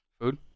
Food